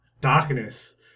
darkness